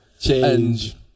Change